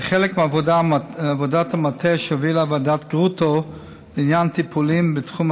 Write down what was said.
כחלק מעבודת המטה שהובילה ועדת גרוטו לעניין טיפולים בתחום